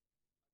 האירועים,